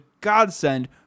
godsend